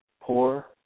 Poor